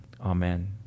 Amen